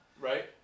right